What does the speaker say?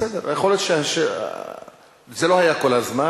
בסדר, זה לא היה כל הזמן.